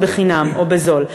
ובחינם או בזול.